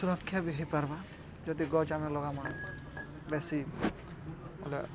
ସୁରକ୍ଷା ବି ହେଇ ପାର୍ମା ଯଦି ଗଛ୍ ଆମେ ଲଗାମା ବେଶୀ ହେଲେ